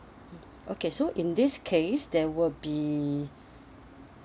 mmhmm okay so in this case there will be